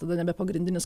tada nebe pagrindinis